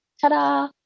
Ta-da